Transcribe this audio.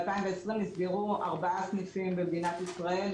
ב-2020 נסגרו ארבעה סניפים במדינת ישראל,